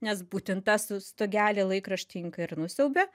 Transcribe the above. nes būtent tas stogelį laikraštininkai ir nusiaubė